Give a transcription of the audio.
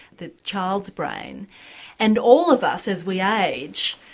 the child's brain and all of us as we age,